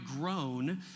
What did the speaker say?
grown